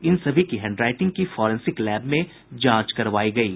इन सभी की हैंडराईटिंग की फोरेंसिक लैब में जांच करवाई गयी